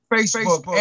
Facebook